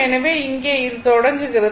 எனவே இங்கே அது தொடங்குகிறது